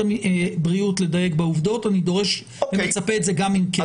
הבריאות לדייק בעובדות ואני מצפה לזה גם מכם.